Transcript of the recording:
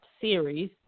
series